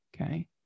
okay